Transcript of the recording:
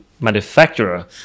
manufacturer